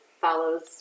follows